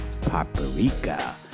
paprika